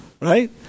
right